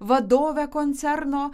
vadove koncerno